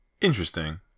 interesting